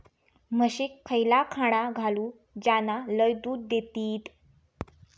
म्हशीक खयला खाणा घालू ज्याना लय दूध देतीत?